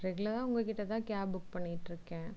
ரெகுலராக உங்கள்கிட்ட தான் கேப் புக் பண்ணிக்கிட்டு இருக்கேன்